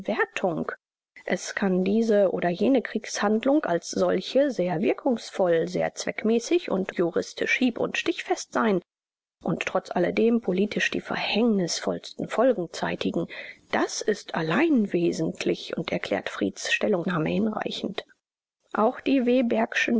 es kann diese oder jene kriegshandlung als solche sehr wirkungsvoll sehr zweckmäßig und juristisch hieb und stichfest sein und trotz alledem politisch die verhängnisvollsten folgen zeitigen das ist allein wesentlich und erklärt frieds stellungnahme hinreichend auch die